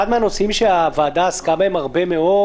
אחד מהנושאים שהוועדה עסקה בהם הרבה מאוד